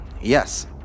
yes